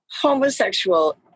homosexual